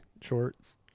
shorts